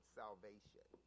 salvation